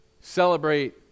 celebrate